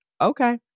okay